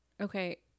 okay